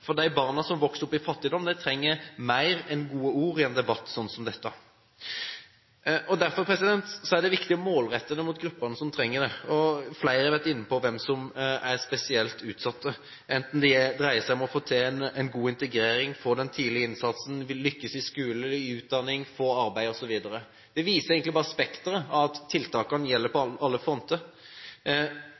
for barna som vokser opp i fattigdom, trenger mer enn gode ord fra en debatt som dette. Derfor er det viktig å målrette tiltak mot gruppene som trenger det. Flere har vært inne på hvem som er spesielt utsatt, enten det dreier seg om å få til god integrering, få til tidlig innsats, lykkes i skole og utdanning, få arbeid osv. Det viser egentlig bare spekteret – at tiltakene gjelder på alle